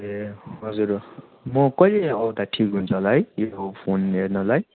ए हजुर म कहिले आउँदा ठिक हुन्छ होला है यो फोन हेर्नुलाई